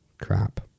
crap